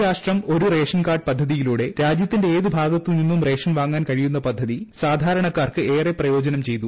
ഒരു രാഷ്ട്രം ഒരു റേഷൻ കാർഡ് പദ്ധതിയിലൂടെ രാജ്യത്തിന്റെ ഏത് ഭാഗത്ത് നിന്നും റേഷൻ വാങ്ങാൻ കഴിയുന്ന പദ്ധതി സാധാരണക്കാർക്ക് ഏറെ പ്രയോജനം ചെയ്തു